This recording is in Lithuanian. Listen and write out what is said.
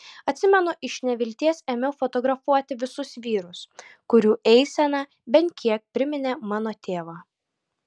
atsimenu iš nevilties ėmiau fotografuoti visus vyrus kurių eisena bent kiek priminė mano tėvą